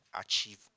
achieve